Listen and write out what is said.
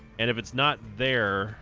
and if it's not there